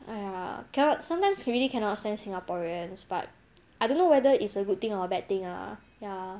!aiya! cannot sometimes really cannot stand singaporeans but I don't know whether it's a good thing or a bad thing ah ya